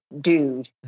dude